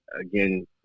again